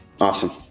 Awesome